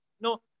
No